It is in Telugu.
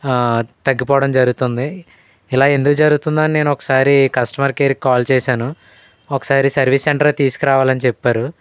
తగ్గిపోవడం జరుగుతుంది ఇలా ఎందుకు జరుగుతుందో అని నేను ఒకసారి కస్టమర్ కేర్కి కాల్ చేసాను ఒకసారి సర్వీస్ సెంటర్కి తీసుకురావాలని చెప్పారు